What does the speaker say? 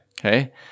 Okay